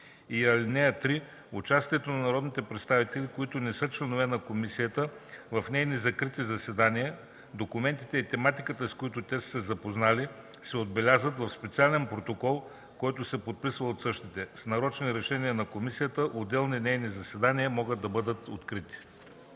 (3) Участието на народните представители, които не са членове на комисията, в нейни закрити заседания, документите и тематиката, с които те са се запознали, се отбелязват в специален протокол, който се подписва от същите. С нарочни решения на комисията отделни нейни заседания могат да бъдат открити.”